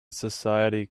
society